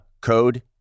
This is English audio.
code